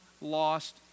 lost